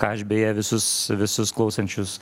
ką aš beje visus visus klausančius